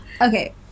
okay